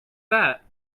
that